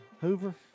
hoover